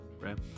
Right